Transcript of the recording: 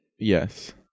yes